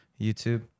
YouTube